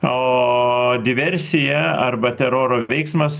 o diversija arba teroro veiksmas